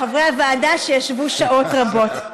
חברי הוועדה, שישבו שעות רבות.